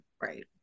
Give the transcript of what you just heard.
Right